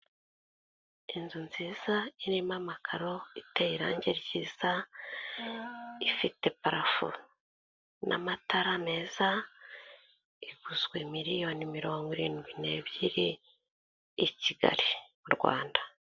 Inzu nziza irimo amakaro iteye irange ryiza, ifite parafo n'amatara meza, iguzwe miliyoni mirongo irindwi n'ebyiri i Kigali mu Rwanda.